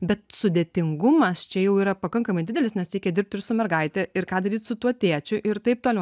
bet sudėtingumas čia jau yra pakankamai didelis nes reikia dirbt ir su mergaite ir ką daryt su tuo tėčiu ir taip toliau